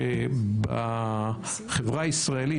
שבחברה הישראלית,